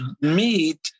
meet